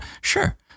sure